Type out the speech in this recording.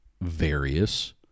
various